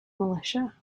militia